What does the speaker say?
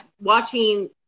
watching